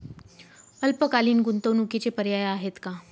अल्पकालीन गुंतवणूकीचे पर्याय आहेत का?